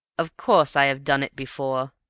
of course i have done it before.